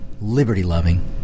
liberty-loving